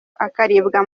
akaribwa